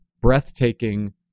breathtaking